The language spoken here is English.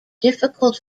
difficult